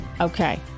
Okay